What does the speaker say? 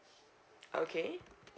okay